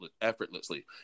effortlessly